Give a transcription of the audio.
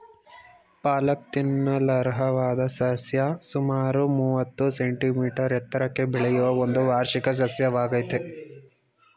ಪಾಲಕ್ ತಿನ್ನಲರ್ಹವಾದ ಸಸ್ಯ ಸುಮಾರು ಮೂವತ್ತು ಸೆಂಟಿಮೀಟರ್ ಎತ್ತರಕ್ಕೆ ಬೆಳೆಯುವ ಒಂದು ವಾರ್ಷಿಕ ಸಸ್ಯವಾಗಯ್ತೆ